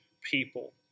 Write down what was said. people